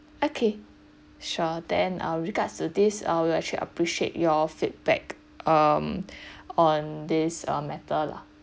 okay sure then uh regards to this uh we actually appreciate your feedback um on this uh matter lah